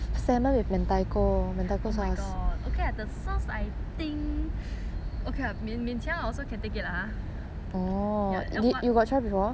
okay the sauce I think okay lah 勉强 I also can take it !huh! lah um I think I try before cause I